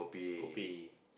kopi